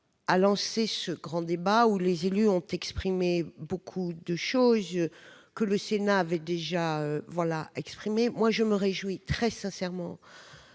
a lancé ce grand débat, où les élus ont dit beaucoup de choses, que le Sénat avait déjà relayées. Je me réjouis très sincèrement,